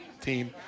team